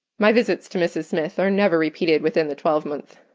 my visits to mrs. smith are never repeated within the twelvemonth.